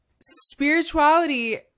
Spirituality